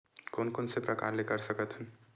कोन कोन से प्रकार ले कर सकत हन?